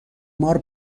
مار